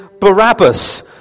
Barabbas